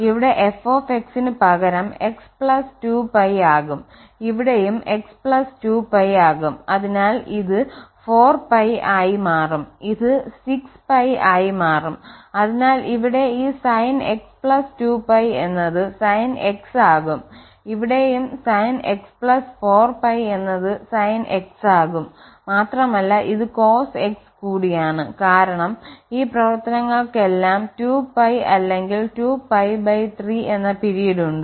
ഇവിടെ f ന് പകരം x 2π ആകും ഇവിടെയും x 2π ആകും അതിനാൽ ഇത് 4π ആയി മാറും ഇത് 6π ആയി മാറും അതിനാൽ ഇവിടെ ഈ sinx 2π എന്നത് sin x ആകും ഇവിടെയും sinx 4π എന്നത് sin x ആകുംമാത്രമല്ല ഇത് cos x കൂടിയാണ് കാരണം ഈ പ്രവർത്തനങ്ങൾക്കെല്ലാം 2π അല്ലെങ്കിൽ 2π3 എന്ന പിരീഡ് ഉണ്ട്